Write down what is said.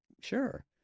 sure